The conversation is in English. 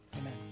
Amen